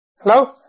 Hello